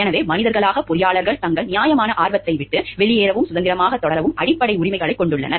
எனவே மனிதர்களாக பொறியாளர்கள் தங்கள் நியாயமான ஆர்வத்தை விட்டு வெளியேறவும் சுதந்திரமாக தொடரவும் அடிப்படை உரிமைகளைக் கொண்டுள்ளனர்